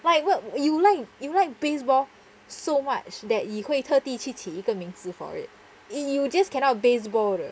like you like you like baseball so much that 你会特地去起一个名字 for it you just cannot baseball eh